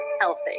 healthy